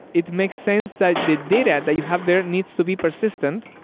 it makes sense that the data that you have there needs to be persistent.